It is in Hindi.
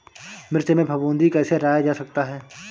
मिर्च में फफूंदी कैसे हटाया जा सकता है?